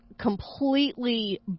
completely